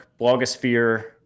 Blogosphere